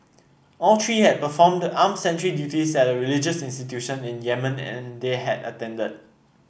all three had performed armed sentry duties at a religious institution in Yemen and they had attended